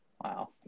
Wow